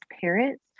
parents